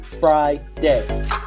friday